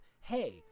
hey